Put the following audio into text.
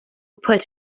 put